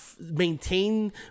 maintain